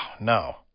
no